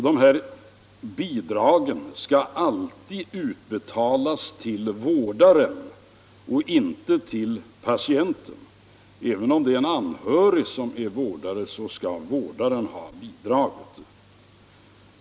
Dessa bidrag skall alltid utbetalas till vårdaren och inte till patienten. Även om det är en anhörig som är vårdare skall vårdaren ha bidraget.